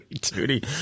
duty